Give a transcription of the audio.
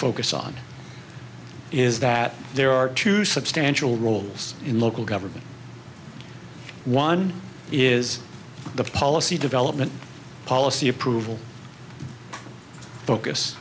focus on is that there are two substantial roles in local government one is the policy development policy approval focus